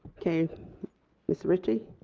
okay ms. ritchie.